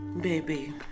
Baby